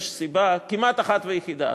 יש סיבה כמעט אחת ויחידה.